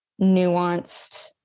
nuanced